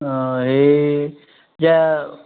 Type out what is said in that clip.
অঁ সেই এতিয়া